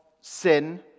sin